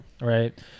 Right